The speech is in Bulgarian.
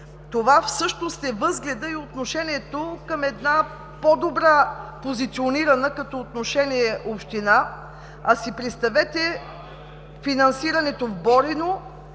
това всъщност е възгледа и отношението към една по-добра позиционирана като отношение община, а си представете финансирането в Борино,